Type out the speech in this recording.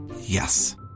Yes